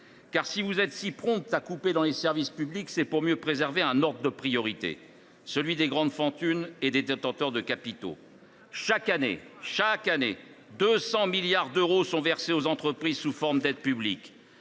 si vous êtes si prompts à couper dans les services publics, c’est pour mieux préserver un ordre de priorité, en érigeant en première place l’intérêt des grandes fortunes et des détenteurs de capitaux. Chaque année, 200 milliards d’euros sont versés aux entreprises sous forme d’aides publiques